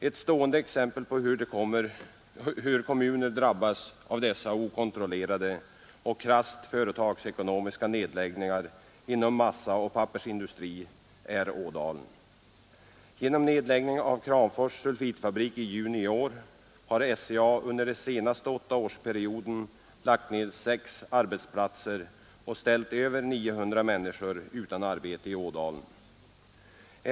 Ett slående exempel på hur kommuner drabbas av dessa okontrollerade och krasst företagsekonomiska nedläggningar inom massaoch pappersindustrin är Ådalen. Efter SCA:s nedläggning av Kramfors Sulfitfabrik i juni i år har SCA under den senaste åttaårsperioden lagt ned sex arbetsplatser och ställt över 900 människor utan arbete i Ådalen.